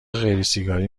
غیرسیگاری